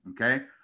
Okay